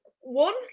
One